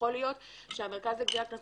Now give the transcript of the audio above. יכול להיות שהמרכז לגביית קנסות,